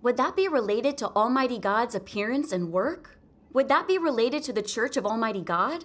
would that be related to almighty god's appearance and work would that be related to the church of almighty god